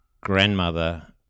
grandmother